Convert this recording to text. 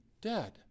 dead